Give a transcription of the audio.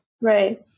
right